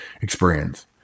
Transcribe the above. experience